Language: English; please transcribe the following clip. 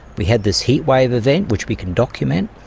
we had this heatwave event which we can document,